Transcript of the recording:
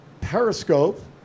Periscope